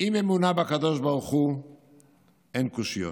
עם אמונה בקדוש ברוך הוא אין קושיות.